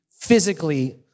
physically